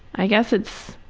i guess it's.